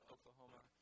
Oklahoma